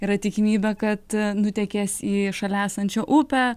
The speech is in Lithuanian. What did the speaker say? yra tikimybė kad nutekės į šalia esančią upę